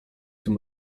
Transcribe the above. tym